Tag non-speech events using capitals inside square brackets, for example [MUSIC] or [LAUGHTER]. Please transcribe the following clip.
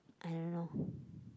I don't know [BREATH]